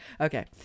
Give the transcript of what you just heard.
okay